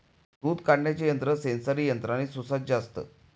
दूध काढण्याचे यंत्र सेंसरी यंत्राने सुसज्ज असतं